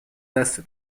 دست